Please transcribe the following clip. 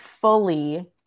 fully